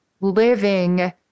living